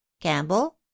Campbell